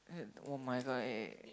[oh]-my-god eh